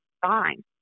fine